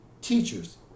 teachers